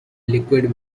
liquid